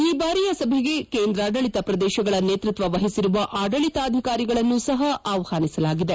ಈ ಬಾರಿಯ ಸಭೆಗೆ ಕೇಂದ್ರಾಡಳಿತ ಪ್ರದೇಶಗಳ ನೇತೃತ್ವವಹಿಸಿರುವ ಆಡಳಿತಾಧಿಕಾರಿಗಳನ್ನೂ ಸಹ ಆಹ್ವಾನಿಸಲಾಗಿದೆ